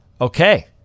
Okay